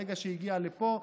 ברגע שהגיע לפה,